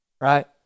right